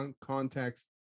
context